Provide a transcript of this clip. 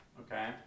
okay